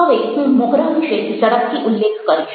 હવે હું મોહરા વિશે ઝડપથી ઉલ્લેખ કરીશ